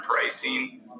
pricing